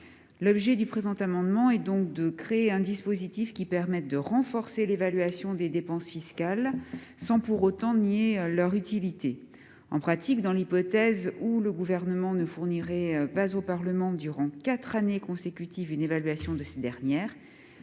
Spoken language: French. L'objet du présent amendement est donc de créer un dispositif qui permette de renforcer l'évaluation des dépenses fiscales, sans pour autant nier leur utilité. En pratique, dans l'hypothèse où le Gouvernement ne fournirait pas au Parlement durant quatre années consécutives une évaluation, les dépenses